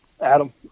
adam